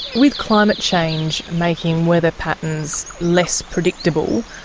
with climate change making weather patterns less predictable,